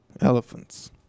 elephants